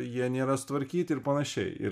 jie nėra sutvarkyti ir panašiai ir